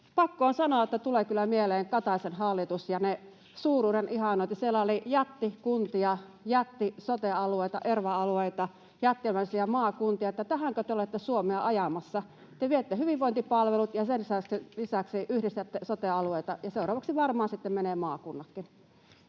Pakko on sanoa, että tulee kyllä mieleen Kataisen hallitus ja se suuruuden ihannointi. Siellä oli jättikuntia, jättisote-alueita, -erva-alueita, jättimäisiä maakuntia. Tähänkö te olette Suomea ajamassa? Te viette hyvinvointipalvelut ja sen lisäksi yhdistätte sote-alueita, ja seuraavaksi varmaan sitten menevät maakunnatkin.